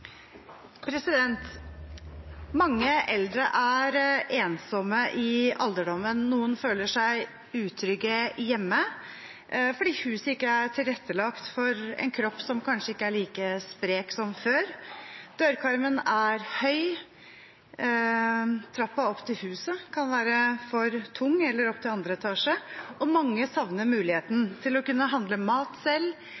Mange eldre er ensomme i alderdommen. Noen føler seg utrygge hjemme fordi huset ikke er tilrettelagt for en kropp som kanskje ikke er like sprek som før. Dørkarmen er høy, trappen opp til andre etasje kan være for tung. Mange savner muligheten til å kunne handle mat selv og